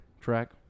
track